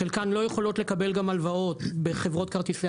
חלקן לא יכולות לקבל גם הלוואות בחברות כרטיסי